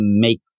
make